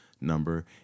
number